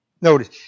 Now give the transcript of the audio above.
Notice